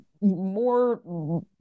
more